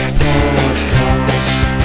podcast